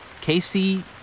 casey